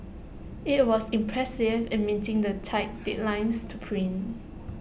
IT was impressive in meeting the tight deadlines to print